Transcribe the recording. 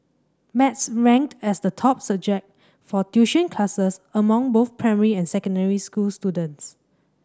maths ranked as the top subject for tuition classes among both primary and secondary school students